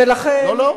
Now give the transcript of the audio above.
לא, לא.